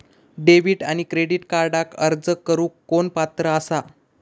Debit आणि credit कार्डक अर्ज करुक कोण पात्र आसा?